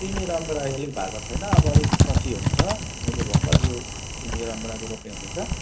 सिमी रमभेँडा अलिक भएको छैन अब अलिक पछि हुन्छ अहिले भर्खर यो सिमी रमभेँडाहरू रोपाइ हुँदैछ